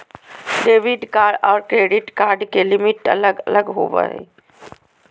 debit card आर credit card के limit अलग अलग होवो हय